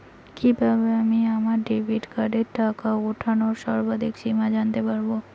কিভাবে আমি আমার ডেবিট কার্ডের টাকা ওঠানোর সর্বাধিক সীমা জানতে পারব?